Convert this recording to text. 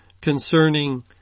concerning